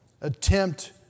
attempt